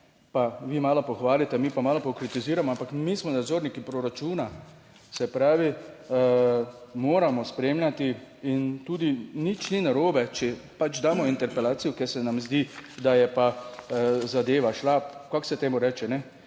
pa vi malo pohvalite, mi pa malo pokritiziramo, ampak mi smo nadzorniki proračuna. Se pravi, moramo spremljati. In tudi nič ni narobe, če pač damo interpelacijo, ker se nam zdi, da je pa zadeva šla, kako se temu reče, da